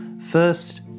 first